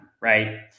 Right